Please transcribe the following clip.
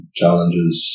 challenges